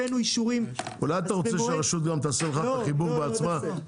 הבאנו אישורים --- אולי אתה גם רוצה שהרשות תעשה לך את החיבור בעצמה,